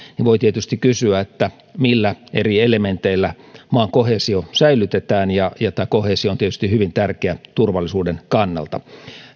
niin voi tietysti kysyä että millä eri elementeillä maan koheesio säilytetään ja ja tämä koheesio on tietysti hyvin tärkeä turvallisuuden kannalta